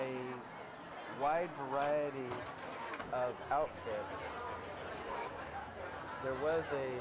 a wide variety out there was a